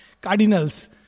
cardinals